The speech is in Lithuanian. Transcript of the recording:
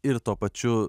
ir tuo pačiu